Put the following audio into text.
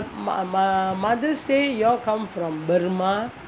ma ma mothers say you all come from burma